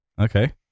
Okay